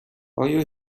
آیا